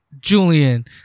Julian